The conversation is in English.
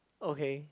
okay